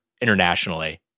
internationally